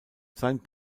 sein